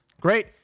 Great